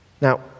Now